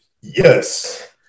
yes